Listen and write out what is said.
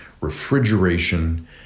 refrigeration